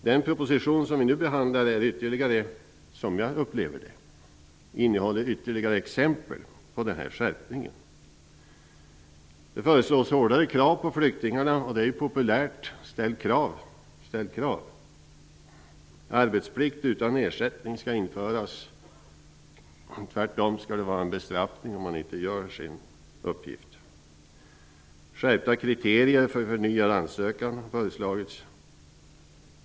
Den proposition som vi nu behandlar innehåller ytterligare exempel på en skärpning. Det föreslås att det skall ställas hårdare krav på flyktingarna. Det är populärt; ställ krav! Arbetsplikt utan ersättning skall införas, och det blir en bestraffning om man inte fullgör sin uppgift. Skärpta kriterier för förnyad ansökan har föreslagits.